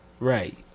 Right